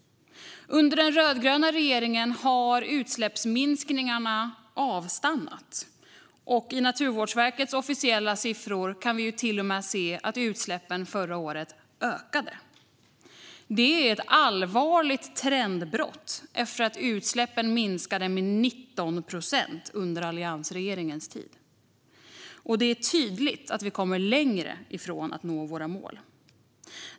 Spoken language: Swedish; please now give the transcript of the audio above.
Under den rödgröna regeringen har utsläppsminskningarna avstannat, och i Naturvårdsverkets officiella siffror kan vi till och med se att utsläppen förra året ökade. Det är ett allvarligt trendbrott efter det att utsläppen minskade med 19 procent under alliansregeringens tid. Det är tydligt att vi kommer längre ifrån att nå våra mål.